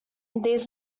these